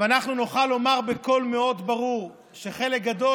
ואנחנו נוכל לומר בקול מאוד ברור שחלק גדול